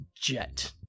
jet